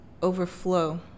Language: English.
overflow